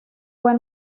fue